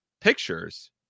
pictures